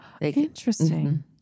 Interesting